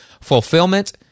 fulfillment